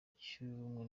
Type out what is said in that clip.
cy’ubumwe